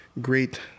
great